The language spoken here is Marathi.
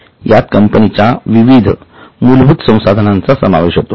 यात कंपनीच्या विविध मूलभूत संसाधनांचा समावेश होतो